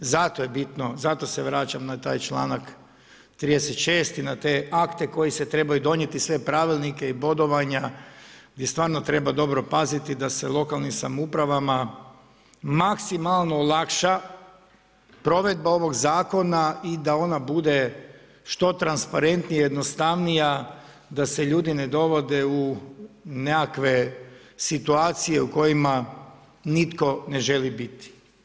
Zato je bitno, zato se vraćam na taj članak 36. i na te akte koji se trebaju donijeti i sve pravilnike i bodovanja gdje stvarno treba dobro paziti da se lokalnim samoupravama maksimalno olakša provedba ovog zakona i da ona bude što transparentnija i jednostavnija da se ljudi ne dovode u nekakve situacija u kojima nitko ne želi biti.